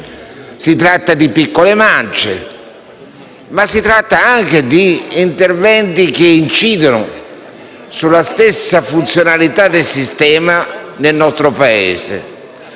Si tratta di piccole mance, ma anche di interventi che incidono sulla stessa funzionalità del sistema del nostro Paese.